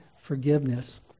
forgiveness